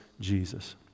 Jesus